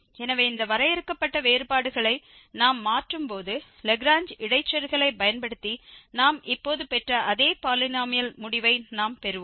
எனவே இந்த வரையறுக்கப்பட்ட வேறுபாடுகளை நாம் மாற்றும்போது லாக்ரேஞ்ச் இடைச்செருகலை பயன்படுத்தி நாம் இப்போது பெற்ற அதே பாலினோமியல் முடிவை நாம் பெறுவோம்